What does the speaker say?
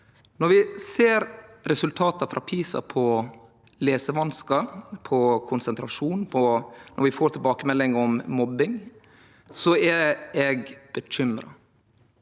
Når vi ser resultata frå PISA på lesevanskar og konsentrasjon, og når vi får tilbakemelding om mobbing, er eg bekymra.